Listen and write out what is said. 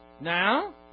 Now